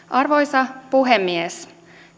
arvoisa puhemies